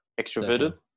extroverted